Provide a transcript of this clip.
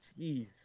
Jeez